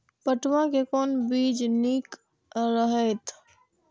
पटुआ के कोन बीज निक रहैत?